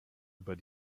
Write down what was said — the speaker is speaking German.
über